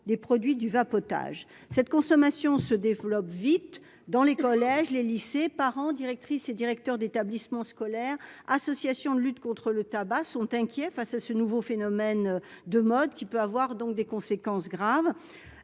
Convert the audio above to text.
des produits du vapotage ». Cette consommation se développe rapidement dans les collèges et les lycées. Parents, directeurs d'établissement scolaire, associations de lutte contre le tabac, s'inquiètent de ce nouveau phénomène de mode, qui peut avoir des conséquences graves.